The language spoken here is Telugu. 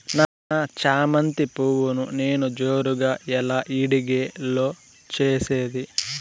నా చామంతి పువ్వును నేను జోరుగా ఎలా ఇడిగే లో చేసేది?